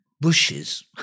bushes